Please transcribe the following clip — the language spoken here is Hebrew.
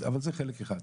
אבל זה חלק אחד.